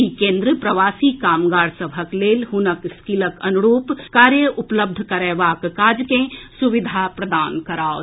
ई केन्द्र प्रवासी कामगार सभक लेल हुनक स्किलक अनुरूप कार्य उपलब्ध करयबाक काज के सुविधा प्रदान कराऔत